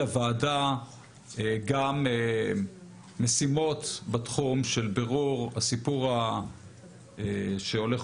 לוועדה גם משימות של בירור הסיפור שהולך